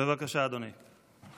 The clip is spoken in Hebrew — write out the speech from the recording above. בבקשה, אדוני.